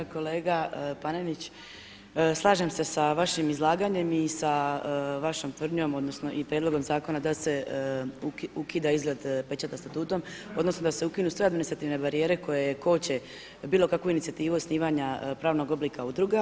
Kolega Panenić, slažem se sa vašim izlaganjem i sa vašom tvrdnjom, odnosno i prijedlogom zakona da se ukida izgled pečata statutom, odnosno da se ukinu sve administrativne barijere koje koče bilo kakvu inicijativu osnivanja pravnog oblika udruga.